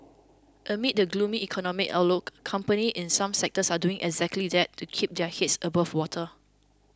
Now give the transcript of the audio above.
amid the gloomy economic outlook companies in some sectors are doing exactly that to keep their heads above water